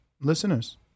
listeners